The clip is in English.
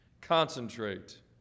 Concentrate